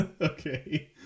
Okay